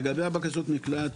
לגבי הבקשות מקלט,